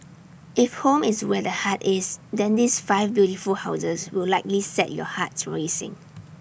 if home is where the heart is then these five beautiful houses will likely set your hearts racing